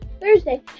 Thursday